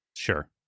sure